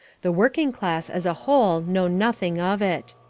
the working class as a whole know nothing of it.